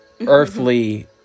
earthly